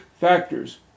factors